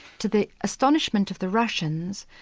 to the astonishment of the russians,